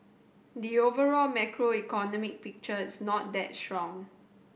the overall macroeconomic picture is not that strong